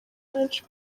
benshi